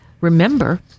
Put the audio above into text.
Remember